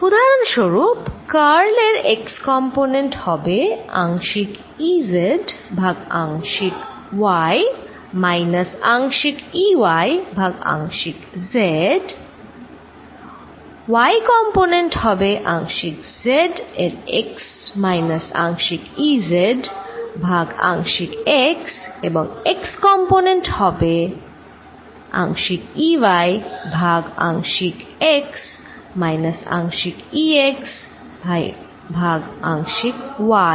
উদাহরণস্বরূপ কার্ল এর x component হবে আংশিক Ez ভাগ আংশিক y মাইনাস আংশিক Ey ভাগ আংশিক z y কম্পনেন্ট হবে আংশিক z এর x মাইনাস আংশিক Ez ভাগ আংশিক x এবং z কম্পনেন্ট হবে আংশিক Ey ভাগ আংশিক x মাইনাস আংশিক Exভাগ আংশিক y